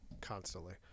constantly